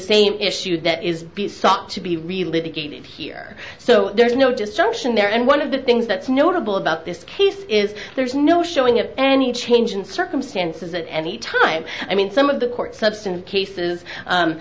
same issue that is sought to be really the gate here so there's no disjunction there and one of the things that's notable about this case is there is no showing of any change in circumstances at any time i mean some of the court substantive cases